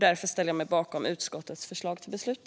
Därför ställer jag mig bakom utskottets förslag till beslut.